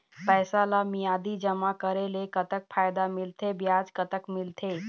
पैसा ला मियादी जमा करेले, कतक फायदा मिलथे, ब्याज कतक मिलथे?